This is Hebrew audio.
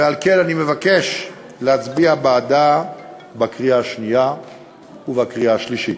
ועל כן אני מבקש להצביע בעדה בקריאה שנייה ובקריאה שלישית.